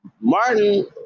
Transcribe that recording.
Martin